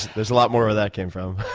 there's a lot more where that came from.